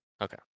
Okay